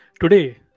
today